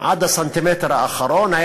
עד הסנטימטר האחרון.